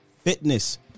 Fitness